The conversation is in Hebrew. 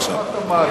אתה יודע